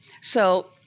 So-